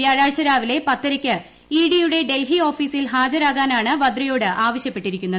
വ്യാഴാഴ്ച രാവിലെ പത്തരയ്ക്ക് ഇഡിയുടെ ഡൽഹി ഓഫീസിൽ ഹാജരാകാനാണ് വദ്രയോട് ആവശ്യപ്പെട്ടിരിക്കുന്നത്